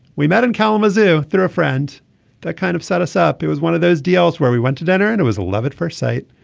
we met in kalamazoo through a friend that kind of set us up. it was one of those deals where we went to dinner and it was love at first sight.